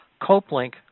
Copelink